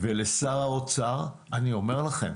ולשר האוצר, אני אומר לכם,